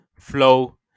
flow